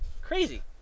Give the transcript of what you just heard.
crazy